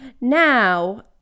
now